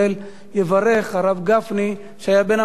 יברך הרב גפני, שהיה בין המציעים.